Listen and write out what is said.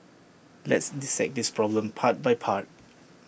let's dissect this problem part by part